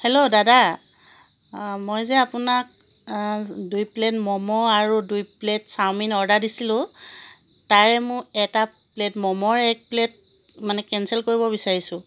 hello দাদা মই যে আপোনাক দুই প্লে'ট ম'ম আৰু দুই প্লে'ট চাওমিন অৰ্ডাৰ দিছিলোঁ তাৰে মোৰ এটা প্লে'ট ম'মৰ এক প্লে'ট মানে কেনচেল কৰিব বিচাৰিছোঁ